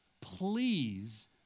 Please